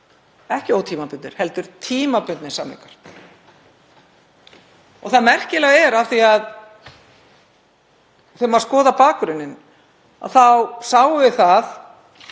ekki ótímabundnir heldur tímabundnir samningar. Það merkilega er að þegar maður skoðar bakgrunninn þá sjáum við að